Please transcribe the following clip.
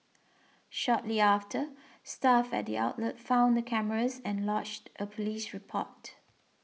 shortly after staff at the outlet found the cameras and lodged a police report